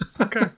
Okay